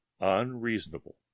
unreasonable